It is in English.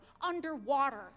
underwater